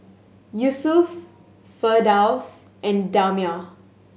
Yusuf Firdaus and Damia